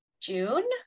June